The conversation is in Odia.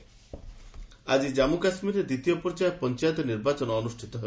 ଜେକେ ପଞ୍ଚାୟତ ଆଜି ଜାମ୍ମୁ କାଶ୍ମୀରରେ ଦ୍ୱିତୀୟ ପର୍ଯ୍ୟାୟ ପଞ୍ଚାୟତ ନିର୍ବାଚନ ଅନୁଷ୍ଠିତ ହେବ